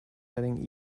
heading